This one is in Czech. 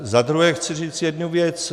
Za druhé chci říct jednu věc.